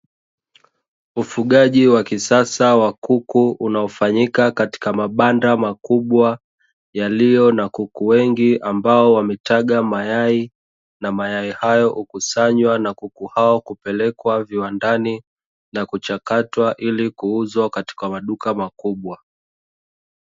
Ufugaji wa kisasa wa kuku unaofanyika katika mabanda makubwa, yaliyo na kuku wengi. Ambao wametaga mayai na mayai hayo, yamekusanywa ya kuku hao na kupelekwa viwandani na kuchakatwa, ili kuuzwa katika maduka makubwa.